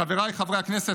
חבריי חברי הכנסת,